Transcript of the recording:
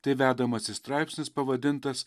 tai vedamasis straipsnis pavadintas